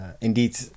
indeed